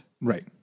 Right